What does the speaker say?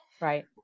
Right